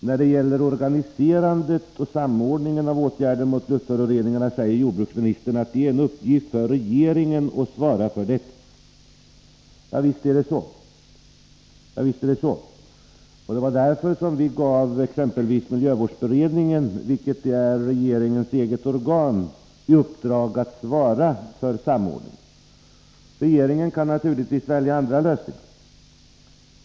När det gäller organiserandet och samordningen av åtgärder mot luftföroreningarna säger jordbruksministern att det är en uppgift för regeringen att svara för. Javisst är det så. Det var också därför som vi exempelvis gav miljövårdsberedningen, som är regeringens eget organ, i uppgift att svara för samordningen. Regeringen kan naturligtvis välja andra lösningar.